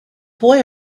boy